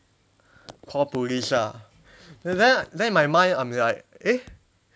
call police ah then then then in my mind I'm like eh